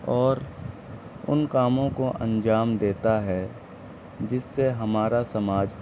اور ان کاموں کو انجام دیتا ہے جس سے ہمارا سماج